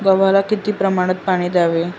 गव्हाला किती प्रमाणात पाणी द्यावे?